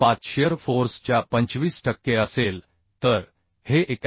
5 shear force च्या 25 टक्के असेल तर हे 91